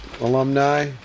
alumni